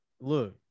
Look